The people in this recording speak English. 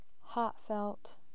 heartfelt